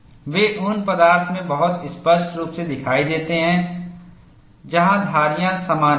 वे उन पदार्थ में बहुत स्पष्ट रूप से दिखाई देते हैं जहां धारीयां सामान्य हैं